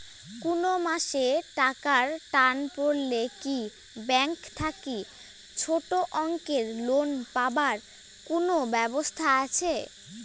কুনো মাসে টাকার টান পড়লে কি ব্যাংক থাকি ছোটো অঙ্কের লোন পাবার কুনো ব্যাবস্থা আছে?